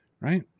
Right